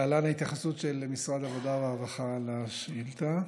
להלן ההתייחסות של משרד העבודה והרווחה לשאילתה,